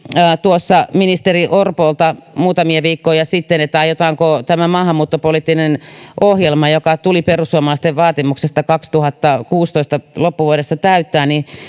tuossa ministeri orpolta muutamia viikkoja sitten aiotaanko tämä maahanmuuttopoliittinen ohjelma joka tuli perussuomalaisten vaatimuksesta loppuvuodesta kaksituhattakuusitoista täyttää niin